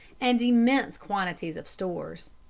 and immense quantities of stores.